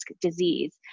disease